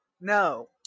No